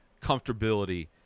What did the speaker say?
comfortability